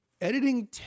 editing